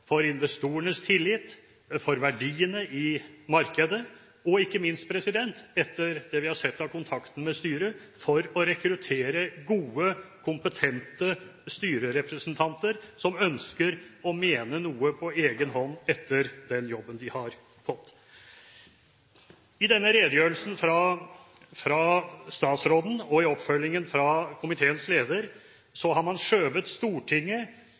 for investorenes tillit, for verdiene i markedet og ikke minst – etter det vi har sett av kontakten med styret – for å rekruttere gode, kompetente styrerepresentanter som ønsker å mene noe på egen hånd etter den jobben de har fått. I redegjørelsen fra statsråden og i oppfølgingen fra komiteens leder har man skjøvet Stortinget,